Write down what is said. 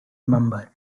member